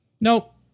Nope